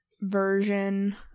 version